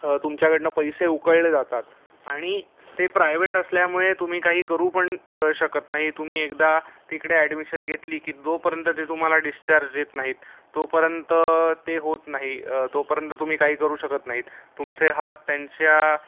तुमच्याकडनं पैसे उकळले जातात आणि ते प्रायवेट असल्यामुळे तुम्ही काही करू पण शकत नाही तुम्ही एकदा तिकडे अॅडमिशन घेतली की जोपर्यंत ते तुम्हाला डिस्चार्ज देत नाहीत तोपर्यंत ते होत नाही तोपर्यंत तुम्ही काही करू शकत नाहीत तुमचे हात त्यांच्या